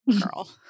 girl